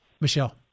Michelle